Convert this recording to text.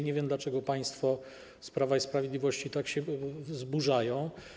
Nie wiem, dlaczego państwo z Prawa i Sprawiedliwości tak się wzburzają.